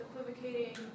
equivocating